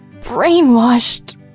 brainwashed